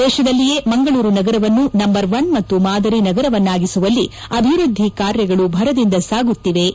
ದೇಶದಲ್ಲಿಯೇ ಮಂಗಳೂರು ನಗರವನ್ನು number one ಮತ್ತು ಮಾದರಿ ನಗರವಾಗಿಸುವಲ್ಲಿ ಅಭಿವೃದ್ದಿ ಕಾರ್ಯಗಳು ಭರದಿಂದ ಸಾಗುತ್ತಿವೆ ಎಂದರು